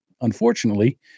unfortunately